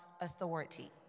authority